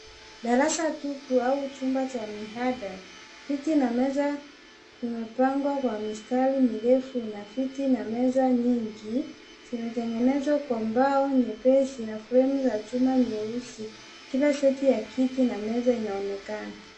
Darasa tupu au chumba cha mihadra, viti na meza vimepangwa kwa mistari mirefu na viti na meza nyingi zimetengenezwa kwa mbao nyepesi na fremu za chuma nyeusi. Kila seti ya kiti na meza inaonekana.